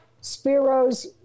Spiro's